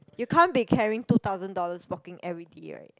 you can't be carrying two thousand dollars walking everyday right